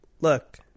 look